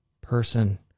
person